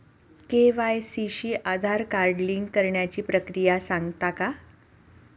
KYC शी Aadhaar card link करण्याची प्रक्रिया सांगता का?